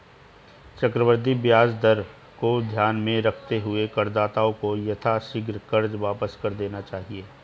चक्रवृद्धि ब्याज दर को ध्यान में रखते हुए करदाताओं को यथाशीघ्र कर्ज वापस कर देना चाहिए